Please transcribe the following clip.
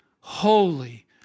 holy